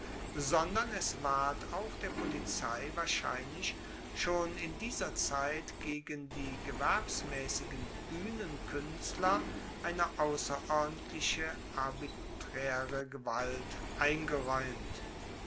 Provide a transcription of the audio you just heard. sondern es ward auch der polizei wahrscheinlich schon in dieser zeit gegen die gewerbmaessigen buehnenkuenstler eine ausserordentliche arbitraere gewalt eingeraeumt